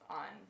on